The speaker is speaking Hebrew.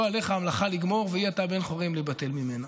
"לא עליך המלאכה לגמור ואין אתה בן חורין להיבטל ממנה".